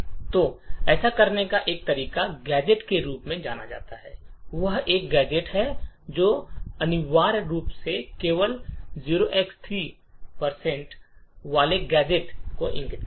तो ऐसा करने का एक तरीका गैजेट के रूप में जाना जाने वाला एक और गैजेट है जो अनिवार्य रूप से केवल 0x3 वाले गैजेट को इंगित करता है